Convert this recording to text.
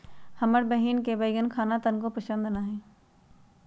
हमर बहिन के बईगन खाना तनको पसंद न हई